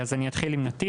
אז אני אתחיל עם נתיב.